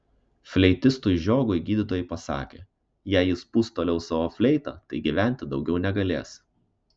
fleitistui žiogui gydytojai pasakė jei jis pūs toliau savo fleitą tai gyventi daugiau negalės